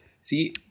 See